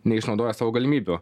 neišnaudoję savo galimybių